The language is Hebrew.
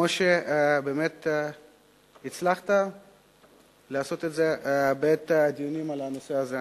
כמו שבאמת הצלחת לעשות את זה בעת הדיונים על הנושא הזה,